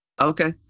Okay